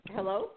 Hello